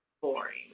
boring